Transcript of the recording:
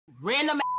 random